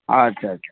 ଆଚ୍ଛା ଆଚ୍ଛା